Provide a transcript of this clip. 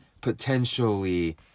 potentially